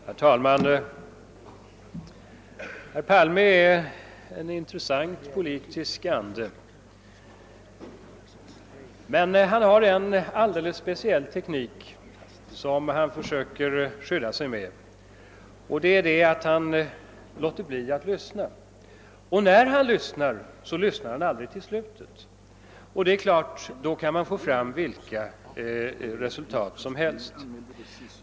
Herr talman! Herr Palme är en intressant politisk ande. Han har en alldeles speciell teknik som han försöker skydda sig med, och tet är att låta bli att lyssnå. Och när han lyssnar, lyssnar han aldrig till slutet. Då kan man naturligtvis få fram vilka resultat som helst.